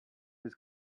his